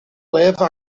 leva